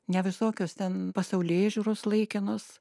ne visokios ten pasaulėžiūros laikinos